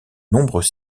nombreux